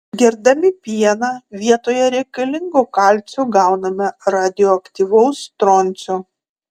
gerdami pieną vietoje reikalingo kalcio gauname radioaktyvaus stroncio